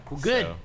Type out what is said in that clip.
good